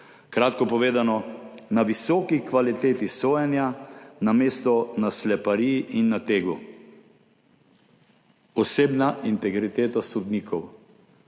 kratko povedano, na visoki kvaliteti sojenja namesto na slepariji in nategu.« Osebna integriteta sodnikov.